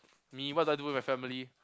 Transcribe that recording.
me what do I do with my family